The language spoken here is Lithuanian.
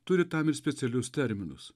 turi tam ir specialius terminus